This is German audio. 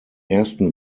ersten